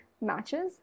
matches